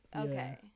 okay